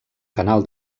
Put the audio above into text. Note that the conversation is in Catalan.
canal